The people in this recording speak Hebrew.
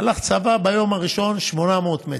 הלך, צבע ביום הראשון 800 מטר.